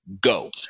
go